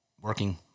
working